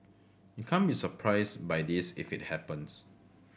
you can't be surprised by this if it happens